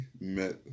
met